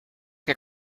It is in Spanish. que